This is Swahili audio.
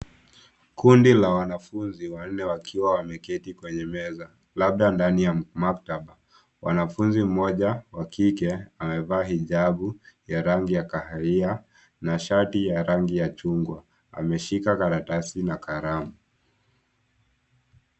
Kundi la wanafunzi wanne wakiwa wameketi kwenye meza, labda ndani ya maktaba. Wanafunzi mmoja wa kike amevaa hijabu ya rangi ya kahawia, na shati ya rangi ya chungwa. Ameshika karatasi na kalamu.